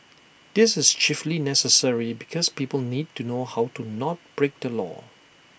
this is chiefly necessary because people need to know how to not break the law